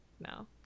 no